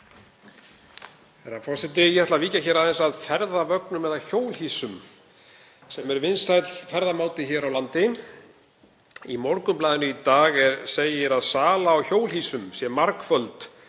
Herra forseti. Ég ætla að víkja hér aðeins að ferðavögnum eða hjólhýsum sem eru vinsælt farartæki hér á landi. Í Morgunblaðinu í dag segir að sala á hjólhýsum sé margföld